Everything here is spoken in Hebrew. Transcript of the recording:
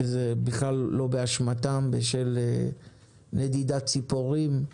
שזה בכלל לא באשמתם בשל נדידת ציפורים,